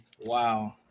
Wow